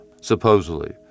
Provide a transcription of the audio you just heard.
supposedly